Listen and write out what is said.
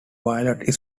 violet